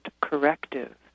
corrective